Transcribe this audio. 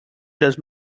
does